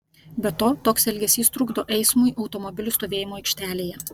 be to toks elgesys trukdo eismui automobilių stovėjimo aikštelėje